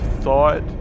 thought